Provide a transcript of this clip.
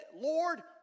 Lord